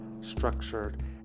structured